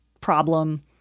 problem